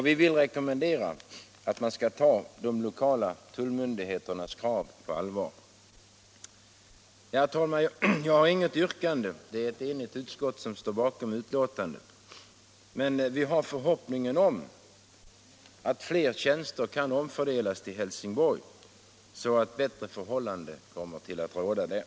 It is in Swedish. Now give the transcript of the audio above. Vi rekommenderar att de lokala tullmyndigheternas krav tas på allvar. Herr talman! Jag har inget yrkande — ett enigt utskott står bakom betänkandet — men vi motionärer hyser förhoppningen att fler tjänster kan omfördelas till Helsingborg, så att bättre förhållanden kommer att råda där.